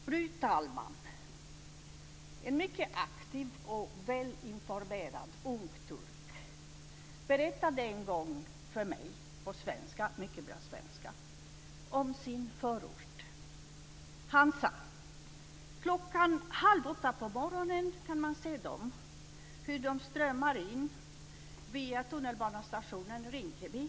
Fru talman! En mycket aktiv och välinformerad ung turk berättade en gång för mig på mycket bra svenska om sin förort. Han sade: Kl. 7.30 på morgonen kan man se dem strömma in via tunnelbanestationen Rinkeby.